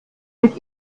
mit